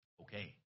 Okay